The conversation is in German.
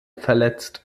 verletzt